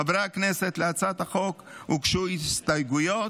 חברי הכנסת, להצעת החוק הוגשו הסתייגויות.